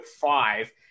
five